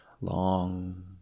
long